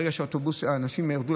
ברגע שאנשים ירדו,